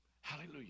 Hallelujah